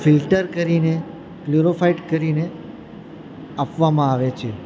filter કરીને પ્લુરોફાઇટ કરીને આપવામાં આવે છે